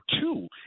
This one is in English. two